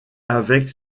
avec